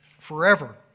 forever